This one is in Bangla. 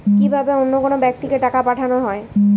কি ভাবে অন্য কোনো ব্যাক্তিকে টাকা পাঠানো হয়?